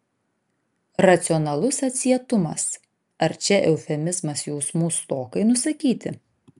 racionalus atsietumas ar čia eufemizmas jausmų stokai nusakyti